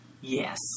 yes